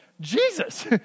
Jesus